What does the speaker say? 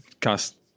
cast